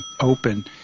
open